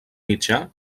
mitjà